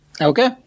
Okay